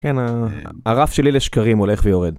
כן.. הרף שלי לשקרים הולך ויורד